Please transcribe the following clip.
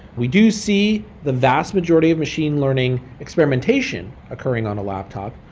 we do see the vast majority of machine learning experimentation occurring on a laptop.